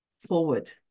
forward